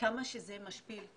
כמה שזה משפיל,